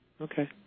Okay